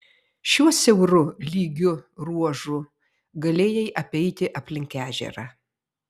šiuo siauru lygiu ruožu galėjai apeiti aplink ežerą